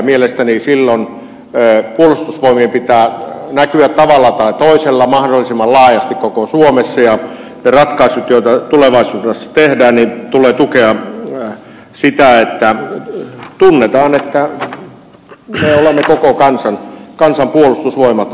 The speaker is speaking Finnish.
mielestäni silloin puolustusvoimien pitää näkyä tavalla tai toisella mahdollisimman laajasti koko suomessa ja niiden ratkaisujen joita tulevaisuudessa tehdään tulee tukea sitä että tunnetaan että suomella on koko kansan puolustusvoimat